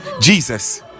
jesus